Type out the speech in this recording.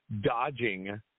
dodging